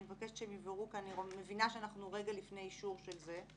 ואני מבקשת שהם יובהרו כאן כי אני מבינה שאנחנו רגע לפני אישור של זה.